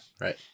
right